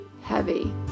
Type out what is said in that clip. heavy